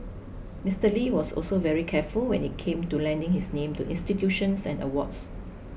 Mister Lee was also very careful when it came to lending his name to institutions and awards